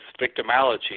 victimology